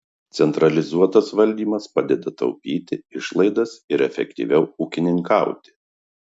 centralizuotas valdymas padeda taupyti išlaidas ir efektyviau ūkininkauti